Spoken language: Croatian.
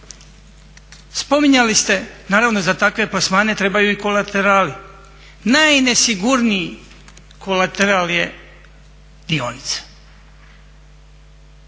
Spominjali ste, naravno za takve plasmane trebaju i kolaterali. Najnesigurniji kolateral je dionica.